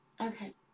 Okay